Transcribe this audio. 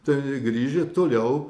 tai grįžę toliau